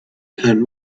and